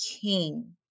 king